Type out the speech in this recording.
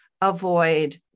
avoid